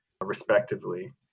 respectively